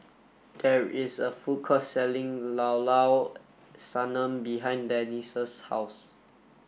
there is a food court selling Llao Llao Sanum behind Denise's house